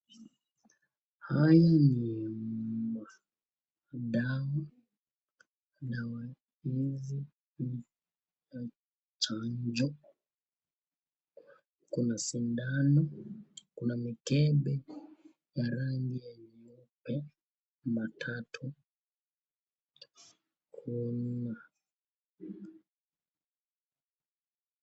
Hii ni dawa, dawa hizi ni za chanjo, kuna shindano, kuna mikebe ya rangi meupe matatu, ku...